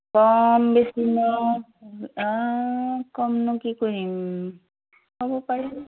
কম কমনো কি কৰিম হ'ব পাৰে